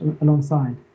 alongside